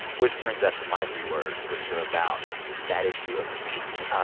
which brings us to my three words, which are about that issue of speech.